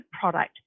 product